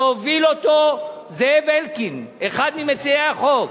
שהוביל אותו זאב אלקין, אחד ממציעי החוק.